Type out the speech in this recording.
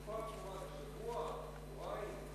בתקופה הקרובה, זה שבוע, שבועיים?